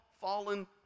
fallen